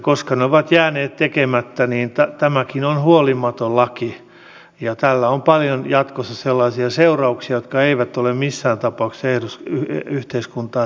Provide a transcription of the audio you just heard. koska ne ovat jääneet tekemättä niin tämäkin on huolimaton laki ja tällä on paljon jatkossa sellaisia seurauksia jotka eivät ole missään tapauksessa yhteiskuntaa tervehdyttäviä